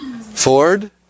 Ford